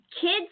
kids